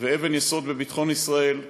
זו אבן יסוד בביטחון ישראל.